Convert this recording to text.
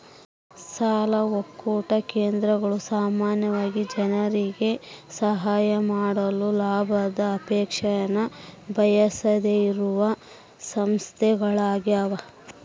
ಸಾಲ ಒಕ್ಕೂಟ ಕೇಂದ್ರಗಳು ಸಾಮಾನ್ಯವಾಗಿ ಜನರಿಗೆ ಸಹಾಯ ಮಾಡಲು ಲಾಭದ ಅಪೇಕ್ಷೆನ ಬಯಸದೆಯಿರುವ ಸಂಸ್ಥೆಗಳ್ಯಾಗವ